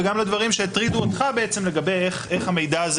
וגם לדברים שהטרידו אותך לגבי איך המידע הזה